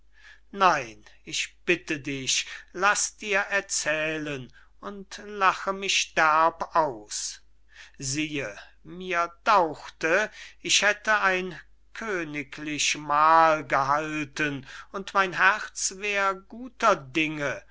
nein ich bitte dich laß dir erzählen und lache mich derb aus siehe mir däuchte ich hätte ein königlich mahl gehalten und mein herz wär guter dinge